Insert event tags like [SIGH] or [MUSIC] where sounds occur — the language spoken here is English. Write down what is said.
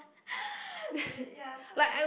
[BREATH] as in ya so I